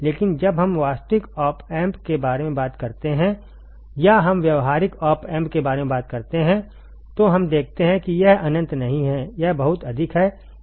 लेकिन जब हम वास्तविक ऑप एम्प के बारे में बात करते हैं या हम व्यावहारिक ऑप एम्प के बारे में बात करते हैं तो हम देखते हैं कि यह अनंत नहीं है यह बहुत अधिक है